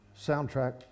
soundtrack